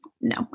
no